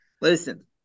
Listen